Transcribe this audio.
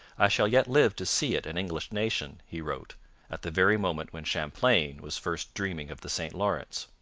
i shall yet live to see it an english nation he wrote at the very moment when champlain was first dreaming of the st lawrence.